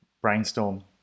brainstorm